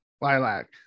Lilac